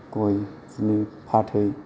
गय बिदिनो फाथै